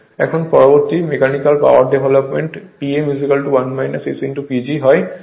এখন পরবর্তী mechanical power development Pm 1 S PG হয়